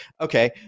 Okay